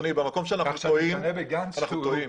אדוני, במקום שאנחנו טועים, אנחנו טועים.